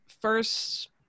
first